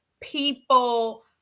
people